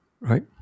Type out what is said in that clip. right